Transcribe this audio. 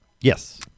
Yes